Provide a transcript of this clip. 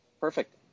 perfect